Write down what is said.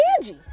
Angie